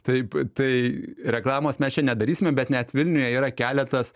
taip tai reklamos mes čia nedarysime bet net vilniuje yra keletas